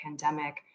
pandemic